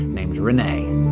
named rene.